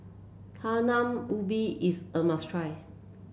Talam Ubi is a must try